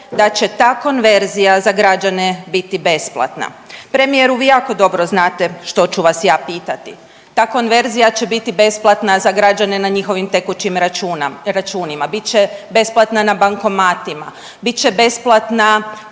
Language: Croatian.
da će ta konverzija za građane biti besplatna. Premijeru vi jako dobro znate što ću vas ja pitati, ta konverzija će biti besplatna za građane na njihovim tekućim računima, bit će besplatna na bankomatima, bit će besplatna